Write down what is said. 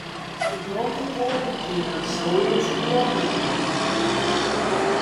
kitokio pobūdžio yra sauliaus kruopio tapyba